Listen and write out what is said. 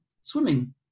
swimming